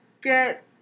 get